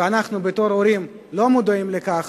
ואנחנו בתור ההורים לא מודעים לכך,